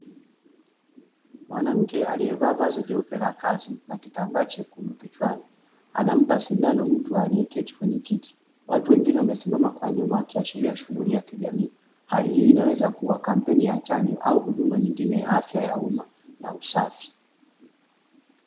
Mwanamke aliyevaa vazi jeupe la kazi na kitambaa chekundu kichwani, anampa sindano mtu aliyeketi kwenye kiti, watu wengine wamesimama kwa nyuma wakiashiria shughuli ya kijamii, hali hii inaweza kuwa kampeni ya chanjo au huduma nyingine ya afya ya umma na usafi.